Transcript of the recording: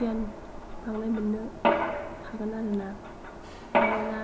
गियान बांनाय मोननो हागोन आरो ना मानोना